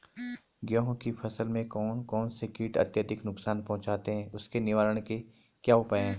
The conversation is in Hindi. गेहूँ की फसल में कौन कौन से कीट अत्यधिक नुकसान पहुंचाते हैं उसके निवारण के क्या उपाय हैं?